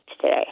today